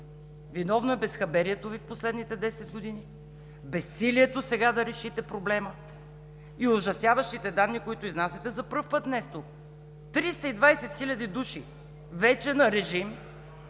Виновно е безхаберието Ви в последните десет години, безсилието сега да решите проблема и ужасяващите данни, които изнасяте за първи път днес тук – 320 хиляди души вече на режим.